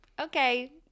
Okay